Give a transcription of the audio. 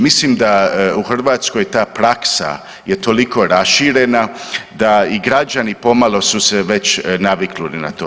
Mislim da u Hrvatskoj ta praksa je toliko raširena da i građani pomalo su se već naviknuli na to.